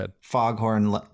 Foghorn